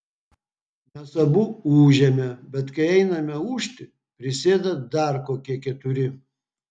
mes abu ūžėme bet kai einame ūžti prisėda dar kokie keturi